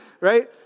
right